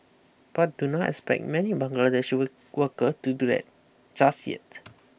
but do not expect many Bangladeshi worker to do that just yet